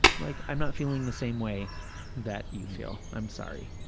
like, i'm not feeling the same way that you feel, i'm sorry.